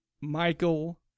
Michael